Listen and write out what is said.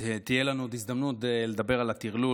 תהיה לנו עוד הזדמנות לדבר על הטרלול